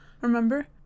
Remember